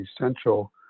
essential